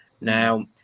Now